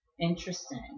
interesting